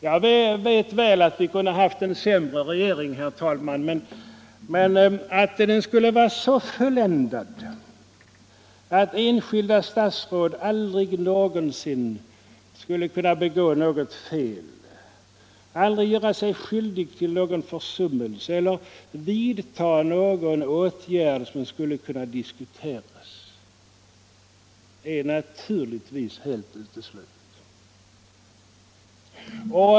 Jag vet mycket väl att vi kunde haft en sämre regering, herr talman, men att den skulle vara så fulländad att enskilda statsråd aldrig någonsin skulle kunna begå något fel, aldrig göra sig skyldiga till någon försummelse eller vidta någon åtgärd som skulle kunna diskuteras är naturligtvis helt uteslutet.